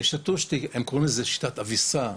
שתו שתיית הילולה.